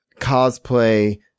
cosplay